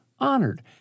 honored